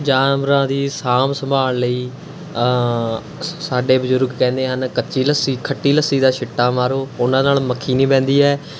ਜਾਨਵਰਾਂ ਦੀ ਸਾਂਭ ਸੰਭਾਲ ਲਈ ਸ ਸਾਡੇ ਬਜ਼ੁਰਗ ਕਹਿੰਦੇ ਹਨ ਕੱਚੀ ਲੱਸੀ ਖੱਟੀ ਲੱਸੀ ਦਾ ਛਿੱਟਾ ਮਾਰੋ ਉਹਨਾਂ ਨਾਲ਼ ਮੱਖੀ ਨਹੀਂ ਬਹਿੰਦੀ ਹੈ